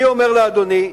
ואני אומר לאדוני,